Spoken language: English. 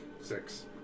Six